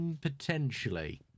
potentially